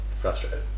Frustrated